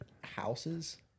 houses